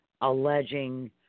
alleging